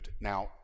Now